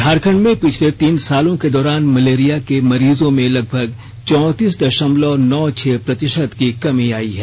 झारखंड में पिछले तीन सालों के दौरान मलेरिया के मरीजों में लगभग चौंतीस दशमलव नौ छह प्रतिशत की कमी आयी है